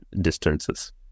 distances